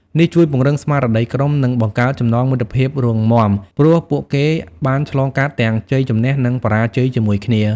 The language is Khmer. នេះជួយពង្រឹងស្មារតីក្រុម និងបង្កើតចំណងមិត្តភាពរឹងមាំ ព្រោះពួកគេបានឆ្លងកាត់ទាំងជ័យជម្នះ និងបរាជ័យជាមួយគ្នា។